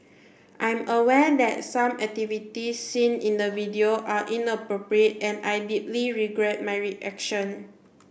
I'm aware that some activities seen in the video are inappropriate and I deeply regret my reaction